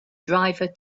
driver